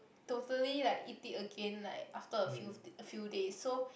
totally like eat it again like after a few a few days so